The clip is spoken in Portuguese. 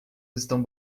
estão